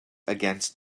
against